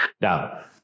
Now